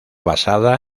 basada